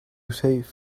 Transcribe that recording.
save